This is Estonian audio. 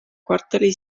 kvartali